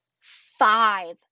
Five